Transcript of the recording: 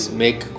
make